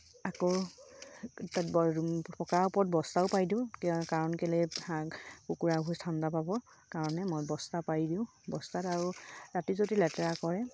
আকৌ তাত পকাৰ ওপৰত বস্তাও পাই দিওঁ কাৰণ কেলৈ হাঁহ কুকুৰাবোৰে ঠাণ্ডা পাব কাৰণে মই বস্তা পাৰি দিওঁ বস্তাত আৰু ৰাতি যদি লেতেৰা কৰে